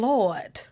Lord